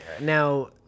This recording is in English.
Now